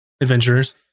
adventurers